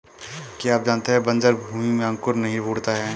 क्या आप जानते है बन्जर भूमि में अंकुर नहीं फूटता है?